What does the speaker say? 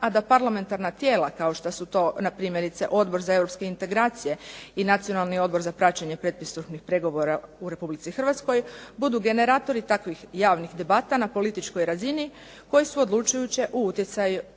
a da parlamentarna tijela kao što su to npr. Odbor za europske integracije i Nacionalni odbor za praćenje pretpristupnih pregovora u RH budu generatori takvih javnih debata na političkoj razini koje su odlučujuće i utječu